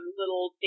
little